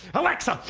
alexa!